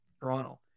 Toronto